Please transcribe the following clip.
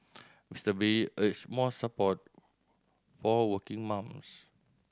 Mister Bay urged more support for working mums